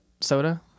soda